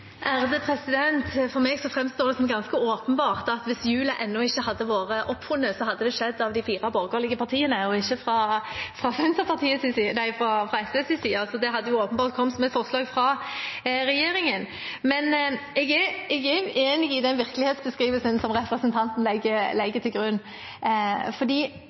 For meg framstår det som ganske åpenbart at hvis hjulet ennå ikke hadde vært oppfunnet, hadde det skjedd med de fire borgerlige partiene og ikke fra SVs side. Det hadde åpenbart kommet som et forslag fra regjeringen. Jeg er uenig i den virkelighetsbeskrivelsen som representanten Knag Fylkesnes legger til grunn.